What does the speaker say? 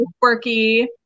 quirky